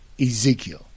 Ezekiel